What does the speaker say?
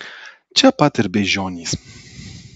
čia pat ir beižionys